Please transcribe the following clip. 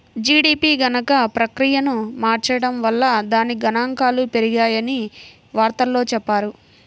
GDP గణన ప్రక్రియను మార్చడం వల్ల దాని గణాంకాలు పెరిగాయని వార్తల్లో చెప్పారు